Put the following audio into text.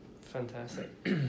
Fantastic